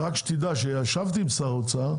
ישבתי עם שר האוצר,